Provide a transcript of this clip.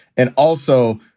and also,